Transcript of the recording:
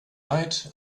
night